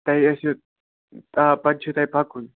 تۄہہِ ٲسوٕ آ پَتہٕ چھُو تۄہہِ پَکُن